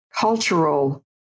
cultural